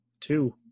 Two